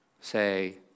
say